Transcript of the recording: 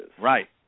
right